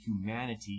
humanity